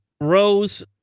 Rose